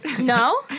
no